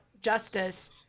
justice